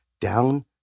down